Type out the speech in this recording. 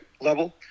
level